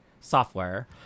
software